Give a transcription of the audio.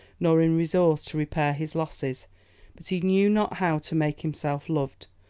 nor in resource to repair his losses but he knew not how to make himself loved,